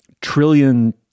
trillion